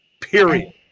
period